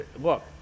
look